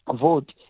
vote